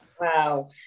Wow